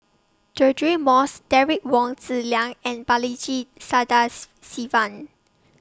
Deirdre Moss Derek Wong Zi Liang and Balaji Sadas Sivan